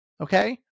Okay